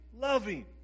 Loving